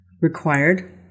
required